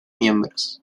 miembros